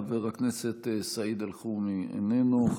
חבר הכנסת סעיד אלחרומי, איננו.